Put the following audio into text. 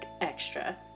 extra